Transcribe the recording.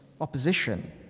opposition